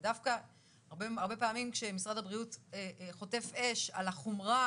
ודווקא הרבה פעמים כשמשרד הבריאות חוטף אש על החומרה